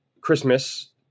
Christmas